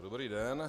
Dobrý den.